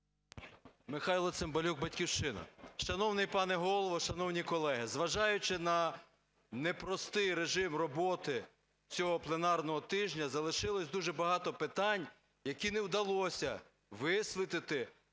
Михайло Цимбалюк, "Батьківщина". Шановний пане Голово, шановні колеги, зважаючи на непростий режим роботи цього пленарного тижня залишилось дуже багато питань, які не вдалося висвітлити